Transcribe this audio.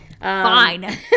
Fine